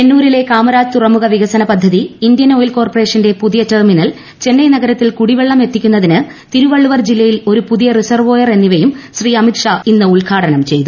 എണ്ണൂരിലെ കാമരാജ് തുറമുഖ വികസന പദ്ധതി ഇന്ത്യൻ ഓയിൽ കോർപ്പറേഷന്റെ പുതിയ ടെർമിനൽ ചെന്നൈ നഗരത്തിൽ കുടിവെള്ളം എത്തിക്കുന്നതിന് തിരുവള്ളുവർ ജില്ലയിൽ ഒരു പുതിയ റിസർവോയർ എന്നിവയും ശ്രീ അമിത്ഷാ ഇന്ന് ഉദ്ഘാടനം ചെയ്തു